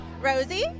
Rosie